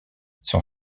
son